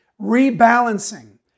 rebalancing